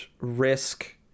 risk